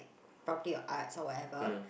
probably your arts or whatever